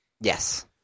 Yes